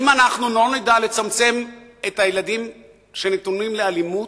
אם לא נדע לצמצם את מספר הילדים שנתונים לאלימות,